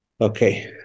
okay